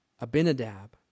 Abinadab